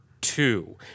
Two